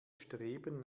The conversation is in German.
streben